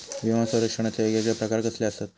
विमा सौरक्षणाचे येगयेगळे प्रकार कसले आसत?